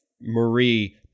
Marie